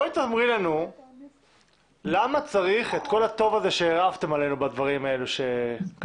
תאמרי לנו למה צריך את כל הטוב הזה שהרעפתם עלינו בדברים האלה שכתבתם.